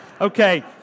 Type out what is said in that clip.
okay